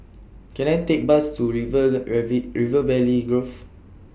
Can I Take Bus to River River Valley Grove